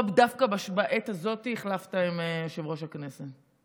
דווקא בעת הזאת החלפת עם יושב-ראש הכנסת.